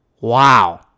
wow